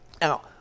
Now